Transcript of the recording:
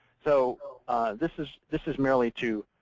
so this is this is merely to